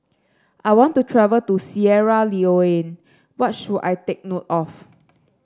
I want to travel to Sierra Leone what should I take note of